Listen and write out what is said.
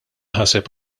ħaseb